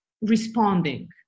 responding